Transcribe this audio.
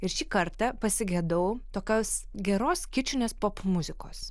ir šį kartą pasigedau tokios geros kičinės popmuzikos